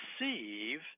receive